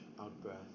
out-breath